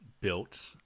built